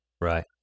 Right